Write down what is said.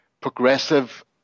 progressive